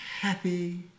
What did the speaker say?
happy